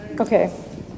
Okay